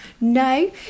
No